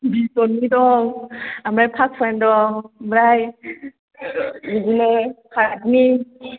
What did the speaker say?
बिदननि दं ओमफ्राय फाखुवानि दं ओमफ्राय बिदिनो पाटनि